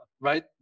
right